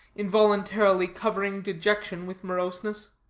involuntarily covering dejection with moroseness.